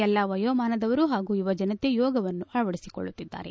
ಎಲ್ಲ ವಯೋಮಾನದವರು ಪಾಗೂ ಯುವಜನತೆ ಯೋಗವನ್ನು ಅಳವಡಿಸಿಕೊಳ್ಳುತ್ತಿದ್ದಾರೆ